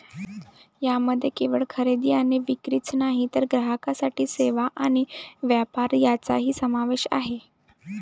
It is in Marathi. यामध्ये केवळ खरेदी आणि विक्रीच नाही तर ग्राहकांसाठी सेवा आणि व्यापार यांचाही समावेश आहे